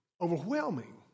overwhelming